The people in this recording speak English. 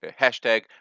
hashtag